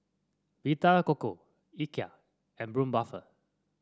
Vita Coco Ikea and Braun Buffel